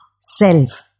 self